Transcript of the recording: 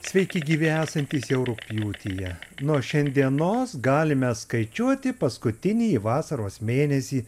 sveiki gyvi esantys jau rugpjūtyje nuo šiandienos galime skaičiuoti paskutinį vasaros mėnesį